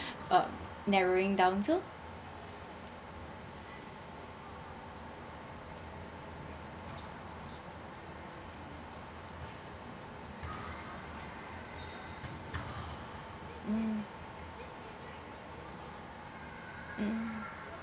uh narrowing down to mm mm